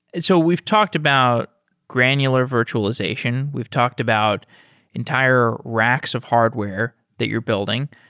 and so we've talked about granular virtualization. we've talked about entire racks of hardware that you're building.